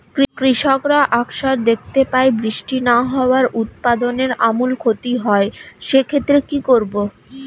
কৃষকরা আকছার দেখতে পায় বৃষ্টি না হওয়ায় উৎপাদনের আমূল ক্ষতি হয়, সে ক্ষেত্রে কি করব?